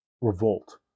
revolt